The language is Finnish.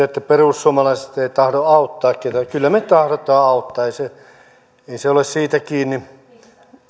että perussuomalaiset eivät tahdo auttaa ketään kyllä me tahdomme auttaa ei se ole siitä kiinni